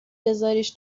بزاریش